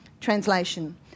translation